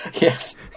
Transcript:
Yes